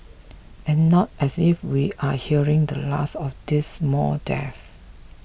and not as if we are hearing the last of these mall death